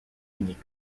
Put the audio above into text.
unique